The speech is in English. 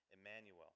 Emmanuel